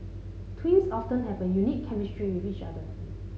twins often have a unique chemistry with each other